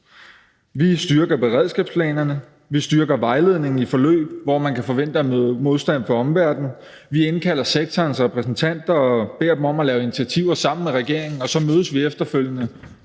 Vi styrker beredskabsplanerne. Vi styrker vejledningen i forløb, hvor man kan forvente at møde modstand fra omverdenen. Vi indkalder sektorens repræsentanter og beder dem om at lave initiativer sammen med regeringen, og så mødes vi efterfølgende